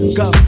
go